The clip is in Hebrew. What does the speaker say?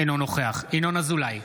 אינו נוכח ינון אזולאי,